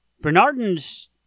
Bernardin's